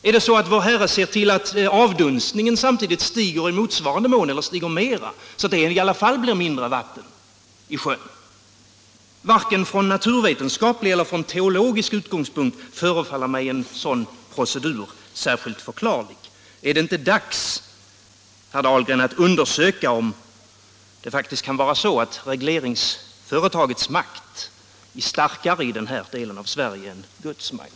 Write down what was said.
Är det så att Vår Herre ser till att avdunstningen samtidigt stiger i motsvarande mån eller mera, så att det i alla fall blir mindre vatten i sjön? Varken från naturvetenskaplig eller från teologisk utgångspunkt förefaller mig en sådan procedur särskilt förklarlig. Är det inte dags, herr Dahlgren, att undersöka om det faktiskt inte är så att i den här delen av Sverige regleringsföretagets makt är starkare än Guds makt?